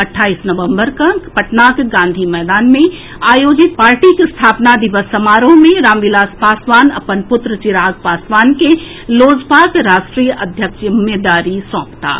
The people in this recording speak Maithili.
अट्ठाईस नवंबर के पटनाक गांधी मैदान मे आयोजित पार्टीक स्थापना दिवस समारोह मे रामविलास पासवान अपन पुत्र चिराग पासवान के लोजपाक राष्ट्रीय अध्यक्षक जिम्मेदारी सौंपताह